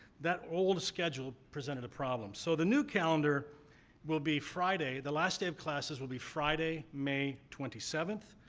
that old schedule presented a problem. so, the new calendar will be friday the last day of classes will be friday, may twenty seventh.